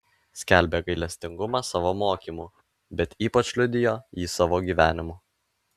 skelbė gailestingumą savo mokymu bet ypač liudijo jį savo gyvenimu